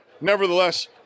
nevertheless